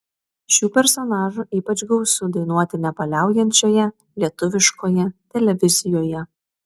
šių personažų ypač gausu dainuoti nepaliaujančioje lietuviškoje televizijoje